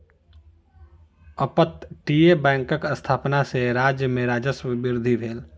अपतटीय बैंकक स्थापना सॅ राज्य में राजस्व वृद्धि भेल